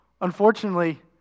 Unfortunately